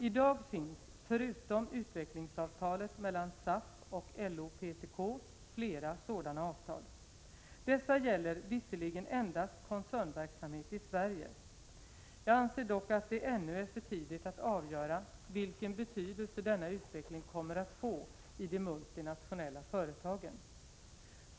I dag finns, förutom utvecklingsavtalet mellan SAF och LO/PTK, flera sådana avtal. Dessa gäller visserligen endast koncernverksamhet i Sverige. Jag anser | dock att det ännu är för tidigt att avgöra vilken betydelse denna utveckling kommer att få i de multinationella företagen.